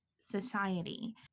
society